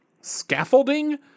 scaffolding